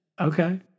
Okay